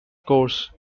course